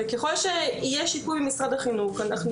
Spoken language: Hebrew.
וככל שיהיה שיפוי ממשרד החינוך אנחנו